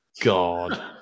God